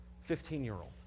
Fifteen-year-old